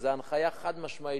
וזו הנחיה חד-משמעית,